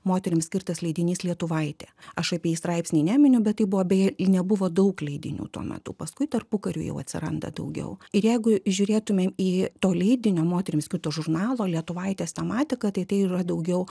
moterims skirtas leidinys lietuvaitė aš apie jį straipsny neminiu bet tai buvo beje ir nebuvo daug leidinių tuo metu paskui tarpukariu jau atsiranda daugiau ir jeigu žiūrėtumėm į to leidinio moterims skirto žurnalo lietuvaitės tematiką tai tai yra daugiau